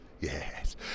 Yes